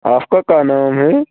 آپ کا کیاہ نام ہے